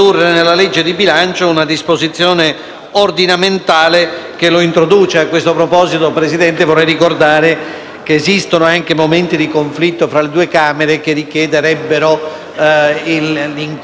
esistono anche momenti di conflitto fra le due Camere, che richiederebbero l'incontro dei Presidenti per dirimerlo. E questo è un caso di conflitto: sulla stessa materia, nello stesso tempo,